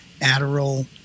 Adderall